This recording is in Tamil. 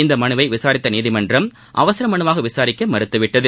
இந்த மனுவை விசாரித்த நீதிமன்றம் அவசர மனுவாக விசாரிக்க மறுத்துவிட்டது